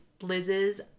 Liz's